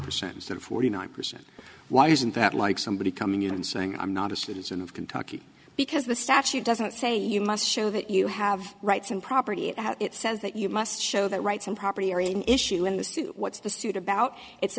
that forty nine percent why isn't that like somebody coming in and saying i'm not a citizen of kentucky because the statute doesn't say you must show that you have rights and property it says that you must show that rights and property area an issue in this what's the suit about it's